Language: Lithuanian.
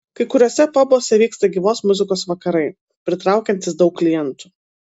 kai kuriuose pabuose vyksta gyvos muzikos vakarai pritraukiantys daug klientų